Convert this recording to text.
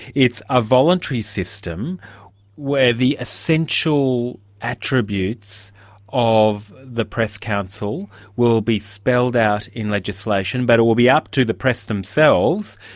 it's a voluntary system where the essential attributes of the press council will be spelled out in legislation. but it will be up to the press themselves,